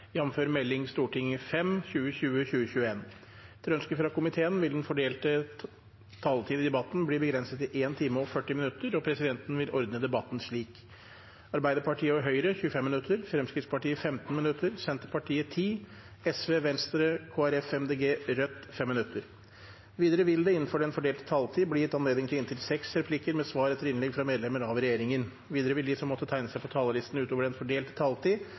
40 minutter, og presidenten vil ordne debatten slik: Arbeiderpartiet og Høyre 25 minutter, Fremskrittspartiet 15 minutter, Senterpartiet 10 minutter, Sosialistisk Venstreparti, Venstre, Kristelig Folkeparti, Miljøpartiet De Grønne og Rødt 5 minutter. Videre vil det – innenfor den fordelte taletid – bli gitt anledning til inntil seks replikker med svar etter innlegg fra medlemmer av regjeringen, og de som måtte tegne seg på talerlisten utover den fordelte taletid,